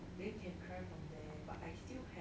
then can try from there but I still have